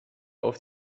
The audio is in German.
auf